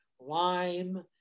lime